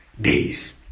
days